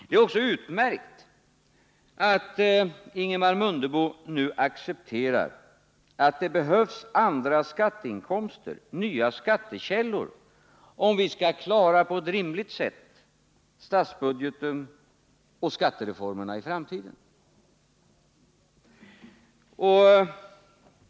Det är också utmärkt att Ingemar Mundebo nu accepterar att det behövs nya skattekällor, om vi på ett rimligt sätt skall kunna klara statsbudgeten och skattereformerna i framtiden.